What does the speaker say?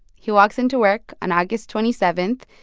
he walks into work on august twenty seven,